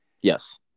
Yes